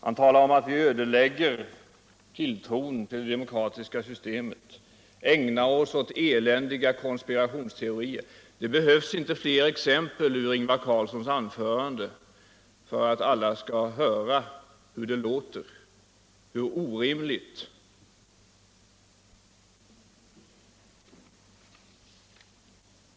Han talar vidare om att vi ödelägger tvilltron till det demokratiska systemet och hemfaller åt eländiga konspirationsteorier. Det behövs inte fler exempel ur Ingvar Carlssons anförande för att alla skall höra hur orimligt det låter.